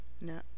No